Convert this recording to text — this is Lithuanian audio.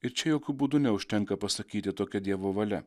ir čia jokiu būdu neužtenka pasakyti tokia dievo valia